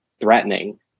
threatening